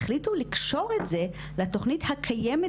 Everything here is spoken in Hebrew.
החליטו לקשור את הזה לתוכנית הקיימת